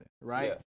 right